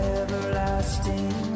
everlasting